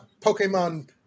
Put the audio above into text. Pokemon